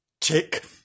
Tick